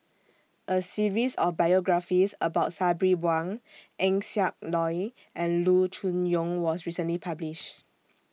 A series of biographies about Sabri Buang Eng Siak Loy and Loo Choon Yong was recently published